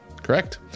Correct